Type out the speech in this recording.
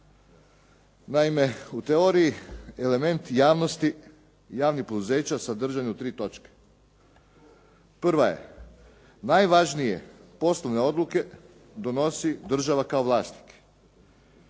Naime, u teoriji element javnosti, javnih poduzeća sadržan je u tri točke. Prva je, najvažnije poslovne odluke donosi država kao vlasnik.